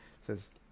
says